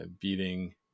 beating